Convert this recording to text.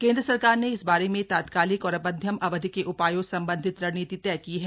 केन्द्र सरकार ने इस बारे में तात्कालिक और मध्यम अवधि के उपायों संबंधी रणनीति तय की है